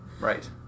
Right